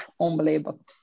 unbelievable